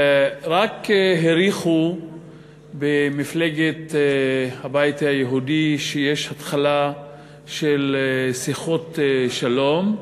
רק הריחו במפלגת הבית היהודי שיש התחלה של שיחות שלום,